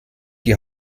die